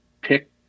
pick